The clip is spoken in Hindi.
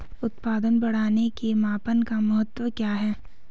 उत्पादन बढ़ाने के मापन का महत्व क्या है?